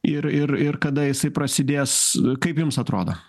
ir ir ir kada jisai prasidės kaip jums atrodo